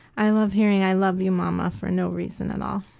i love hearing i love you mama for no reason at all.